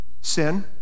Sin